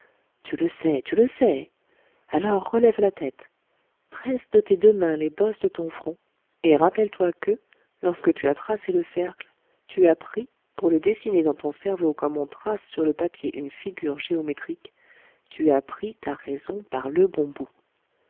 tu le sais tu le sais alors relève la tête presse de tes deux mains les bosses de ton front et rappelle-toi que lorsque tu as tracé le cercle tu as pris pour le dessiner dans ton cerveau comme on trace sur le papier une figure géométrique tu as pris ta raison par le bon bout